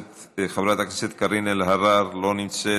חברת הכנסת קרין אלהרר, לא נמצאת,